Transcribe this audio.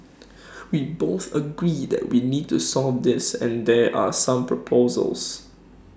we both agree that we need to solve this and there are some proposals